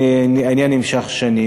והעניין נמשך שנים.